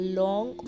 long